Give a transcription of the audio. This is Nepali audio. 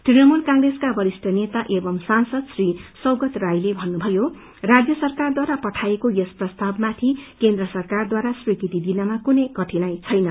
तृणमूल कंप्रेसका बरिष्ठ नेता एव सांसद श्री सौगत रायले भन्नुभयो राज्य सरकारद्वारा पठाइएको यस प्रस्तावमाथि केन्द्र सरकारद्वारा स्वीकृति दिनमा कुनै कठिनाई छैन